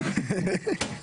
מדויק.